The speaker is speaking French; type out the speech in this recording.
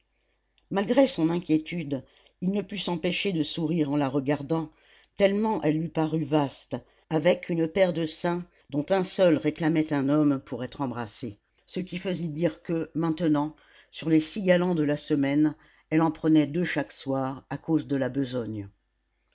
malgré son inquiétude il ne put s'empêcher de sourire en la regardant tellement elle lui parut vaste avec une paire de seins dont un seul réclamait un homme pour être embrassé ce qui faisait dire que maintenant sur les six galants de la semaine elle en prenait deux chaque soir à cause de la besogne